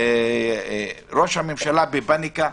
ראש הממשלה בפניקה.